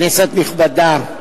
כנסת נכבדה,